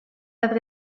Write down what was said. œuvre